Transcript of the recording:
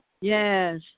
Yes